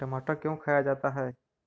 टमाटर क्यों खाया जाता है?